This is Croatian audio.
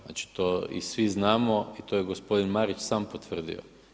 Znači to i svi znamo i to je gospodin Marić sam potvrdio.